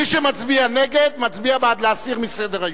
מי שמצביע נגד, מצביע בעד להסיר מסדר-היום.